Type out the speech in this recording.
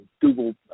Google